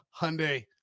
Hyundai